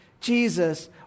Jesus